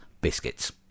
biscuits